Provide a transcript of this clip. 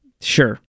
Sure